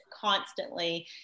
constantly